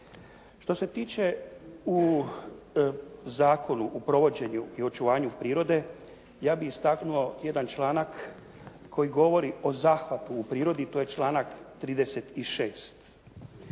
Što se tiče u zakonu, u provođenju i očuvanju prirode ja bih istaknuo jedan članak koji govori o zahvatu u prirodi. To je članak 36.